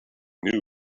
new